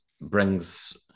brings